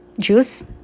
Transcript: juice